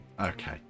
Okay